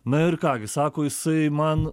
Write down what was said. na ir ką gi sako jisai man